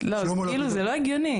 לא, כאילו זה לא הגיוני.